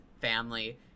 family